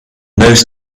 those